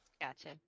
gotcha